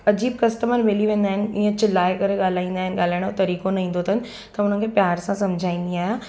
अजीबु कस्टमर मिली वेंदा आहिनि इएं चिलाए करे ॻाल्हाईंदा आहिनि ॻाल्हाइण जो तरीक़ो न ईंदो अथनि त हुननि खे प्यार सां सम्झाईंदी आहियां